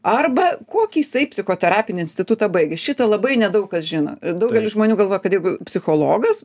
arba kokį jisai psichoterapinį institutą baigė šitą labai nedaug kas žino daugelis žmonių galvoja kad jeigu psichologas